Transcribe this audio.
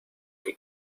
que